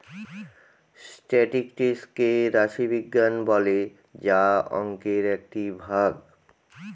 statistics কে রাশি বিজ্ঞান বলে যা অংকের একটি ভাগ